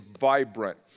vibrant